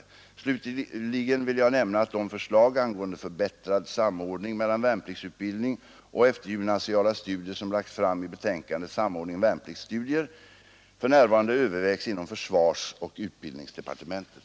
Fredagen den Slutligen vill jag nämna att de förslag angående förbättrad samordning 8adecember.1972 mellan värnpliktsutbildning och eftergymnasiala studier som lagts fram i — LL betänkandet ”Samordning värnplikt — studier” (utbildningsdeparte Ang. anstånd med